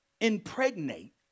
impregnate